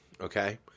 Okay